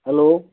hello